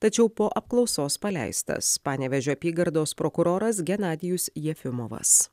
tačiau po apklausos paleistas panevėžio apygardos prokuroras genadijus jefimovas